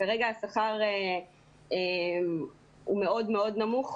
כרגע השכר הוא מאוד נמוך.